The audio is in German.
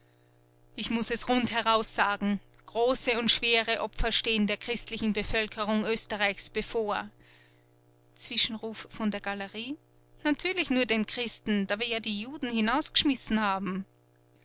ich muß es rund heraussagen große und schwere opfer stehen der christlichen bevölkerung oesterreichs bevor zwischenruf von der galerie natürlich nur den christen da wir ja die juden hinausgeschmissen haben